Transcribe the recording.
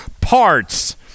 parts